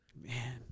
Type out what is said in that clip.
Man